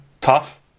tough